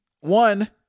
One